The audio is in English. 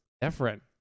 different